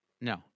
no